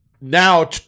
now